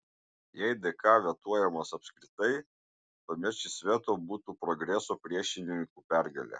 jei dk vetuojamas apskritai tuomet šis veto būtų progreso priešininkų pergalė